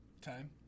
time